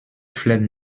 fled